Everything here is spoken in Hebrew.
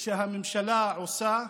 שהממשלה עושה,